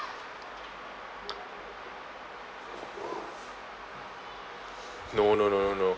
no no no no no